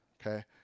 okay